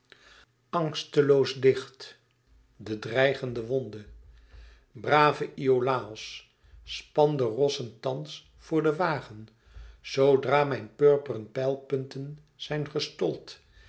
angsteloos dicht de dreigende wonde brave iolaos span de rossen thans voor den wagen zoodra mijn purperen pijlpunten zijn gestold